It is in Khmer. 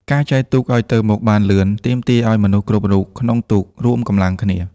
ការចែវទូកឱ្យទៅមុខបានលឿន ទាមទារឱ្យមនុស្សគ្រប់រូបក្នុងទូករួមកម្លាំងគ្នា។